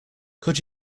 could